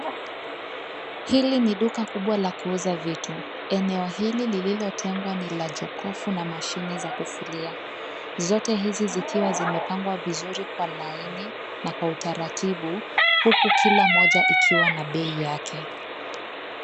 Hili ni duka kubwa la kuuza vitu. Eneo hili lililotengwa ni la jokofu na mashine za kufulia. Zote hizi zikiwa zimepangwa vizuri kwa laini na kwa utaratibu huku kila moja ikiwa na bei yake.